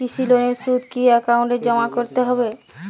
কৃষি লোনের সুদ কি একাউন্টে জমা করতে হবে?